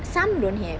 some don't have